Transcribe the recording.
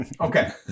okay